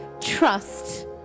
trust